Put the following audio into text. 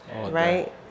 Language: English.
Right